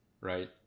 right